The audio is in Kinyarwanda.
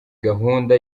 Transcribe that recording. gahunda